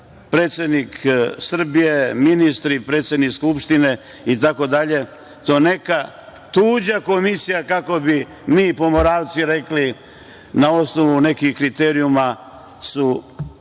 predsednik Srbije, ministri, predsednik Skupštine, to neka tuđa komisija, kako bi mi Pomoravci rekli, na osnovu nekih kriterijuma su